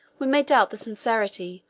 we may doubt the sincerity,